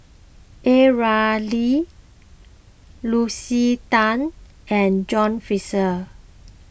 A Ramli Lucy Tan and John Fraser